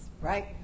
right